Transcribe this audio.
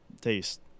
taste